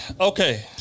Okay